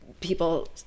people